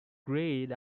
grayed